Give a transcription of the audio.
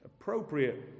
appropriate